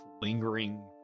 lingering